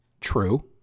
True